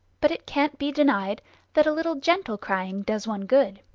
but it can't be denied that a little gentle crying does one good.